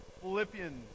philippians